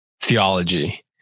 theology